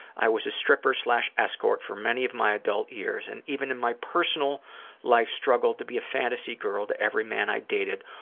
i was a stripper escort for many of my adult years and even in my personal life struggled to be a fantasy girl to every man i dated,